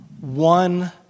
one